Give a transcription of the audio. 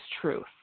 truth